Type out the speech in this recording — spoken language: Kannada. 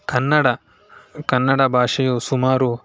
ಕನ್ನಡ ಕನ್ನಡ ಭಾಷೆಯು ಸುಮಾರು